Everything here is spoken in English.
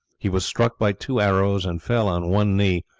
he was struck by two arrows, and fell on one knee,